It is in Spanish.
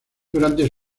durante